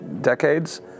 decades